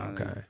okay